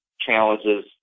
challenges